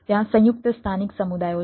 ત્યાં સંયુક્ત સ્થાનિક સમુદાયો છે